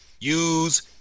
use